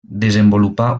desenvolupà